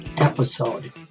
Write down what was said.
episode